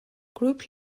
group